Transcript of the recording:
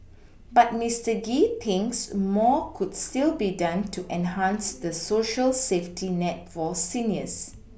but Mister Gee thinks more could still be done to enhance the Social safety net for seniors